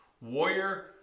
Warrior